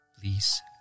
please